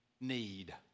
need